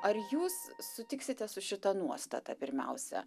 ar jūs sutiksite su šita nuostata pirmiausia